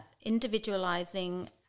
individualizing